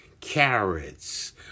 carrots